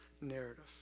narrative